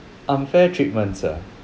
unfair treatments ah